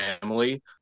family